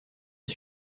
est